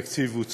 התקציב הוא צחוק.